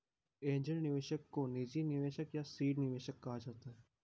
angel निवेशक को निजी निवेशक या सीड निवेशक कहा जाता है